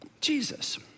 Jesus